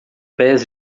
pés